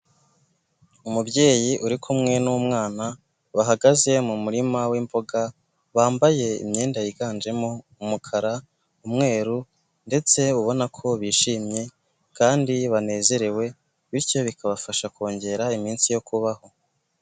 Umubyeyi uri kumwe n'umwana bahagaze mu murima w'imboga bambaye imyenda yiganjemo umukara, umweru ndetse ubona ko bishimye kandi banezerewe bityo bikabafasha kongera iminsi yo kubaho.